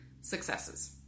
successes